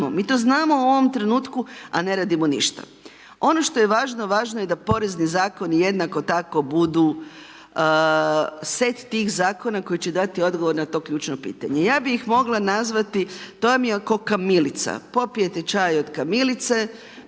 mi to znamo u ovom trenutku a ne radimo ništa. Ono što je važno, važno je da porezni zakoni jednako tako budu set tih zakona koji će dati odgovor na to ključno pitanje. ja bi ih mogla nazvati, to vam je kao kamilica. Popijete čaj od kamilice,